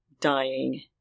dying